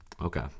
Okay